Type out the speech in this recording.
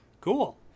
Cool